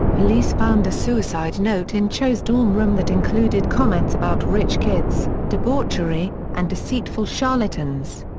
police found a suicide note in cho's dorm room that included comments about rich kids, debauchery, and deceitful charlatans.